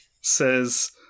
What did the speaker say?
says